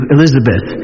Elizabeth